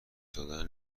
دادن